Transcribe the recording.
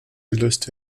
gelöst